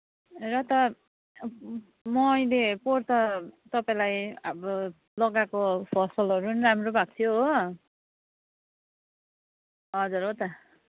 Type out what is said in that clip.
र त म अहिले पोहोर त तपाईँलाई हाम्रो लगाएको फसलहरू पनि राम्रो भएको थियो हो हजुर हो त